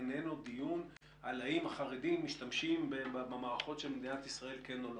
איננו דיון על האם החרדים משתמשים במערכות של מדינת ישראל כן או לא.